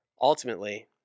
ultimately